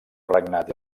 regnat